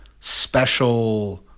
special